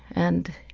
and